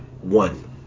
one